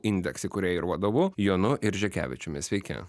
indeks įkūrėju ir vadovu jonu iržikevičiumi sveiki